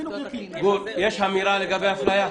יש אמירה לגבי אפליה?